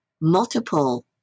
multiple